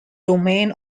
domain